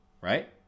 right